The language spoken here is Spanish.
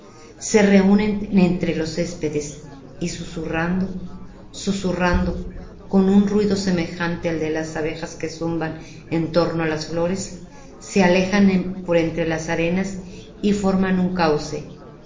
se reúnen entre los céspedes y susurrando susurrando como un ruido semejante al de las abejas que zumban en torno de las flores se alejan por entre las arenas y forman un cauce